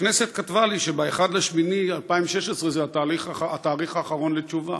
הכנסת כתבה לי ש-1 באוגוסט 2016 זה התאריך האחרון לתשובה.